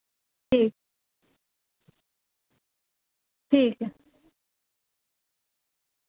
ठीक ठीक ऐ